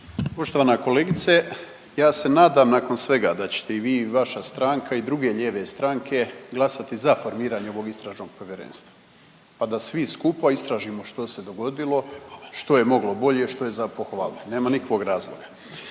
Poštovana kolegice, ja se nadam nakon svega da ćete i vi i vaša stranka i druge lijeve stranke, glasati za formiranje ovog istražnog povjerenstva pa da svi skupa istražimo što se dogodilo, što je moglo bolje, što je za pohvalit, nema nikakvog razloga.